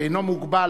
שאינו מוגבל,